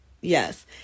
Yes